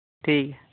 ᱴᱷᱤᱠ ᱜᱮᱭᱟ